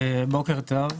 בוקר טוב,